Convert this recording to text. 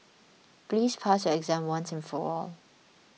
please pass your exam once and for all